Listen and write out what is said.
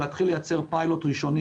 להתחיל לייצר פיילוט ראשוני,